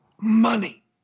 money